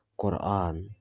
Quran